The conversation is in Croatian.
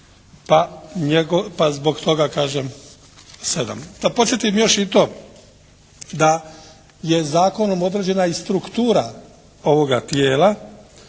pa zbog toga kažem sedam. Da podsjetim još i to da je zakonom određena i struktura ovoga tijela,